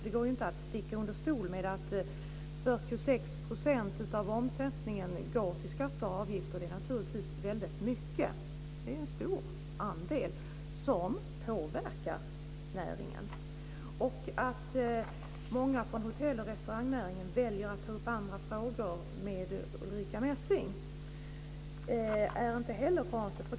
Det går ju inte att sticka under stol med att 46 % av omsättningen går till skatter och avgifter. Det är naturligtvis väldigt mycket. Det är en stor andel, som påverkar näringen. Att många från hotell och restaurangnäringen väljer att ta upp andra frågor med Ulrica Messing är inte heller konstigt.